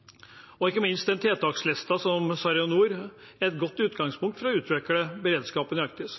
gevinst. Ikke minst er tiltakslisten fra SARiNOR et godt utgangpunkt for å utvikle beredskapen i Arktis.